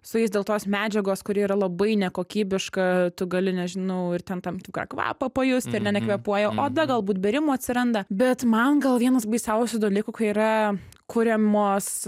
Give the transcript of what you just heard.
su jais dėl tos medžiagos kuri yra labai nekokybiška tu gali nežinau ir ten tam tikrą kvapą pajusti ir ne nekvėpuoja oda galbūt bėrimų atsiranda bet man gal vienas baisiausių dalykų kai yra kuriamos